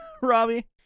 Robbie